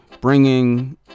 Bringing